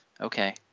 Okay